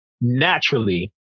naturally